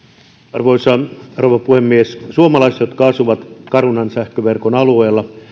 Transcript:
arvoisa rouva puhemies suomalaiset jotka asuvat carunan sähköverkon alueella